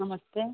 नमस्ते